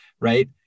right